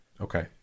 Okay